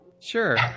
Sure